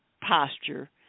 Posture